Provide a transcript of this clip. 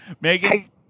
Megan